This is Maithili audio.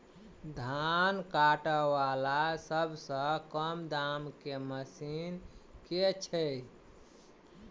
धान काटा वला सबसँ कम दाम केँ मशीन केँ छैय?